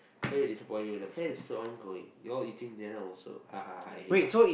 sorry to disappoint you the plan is still ongoing you all eating dinner also hahahaha yeah